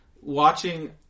watching